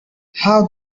how